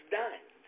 done